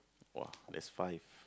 !wah! there's five